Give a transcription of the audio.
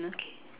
okay